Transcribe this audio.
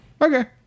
okay